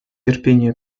терпение